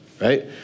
right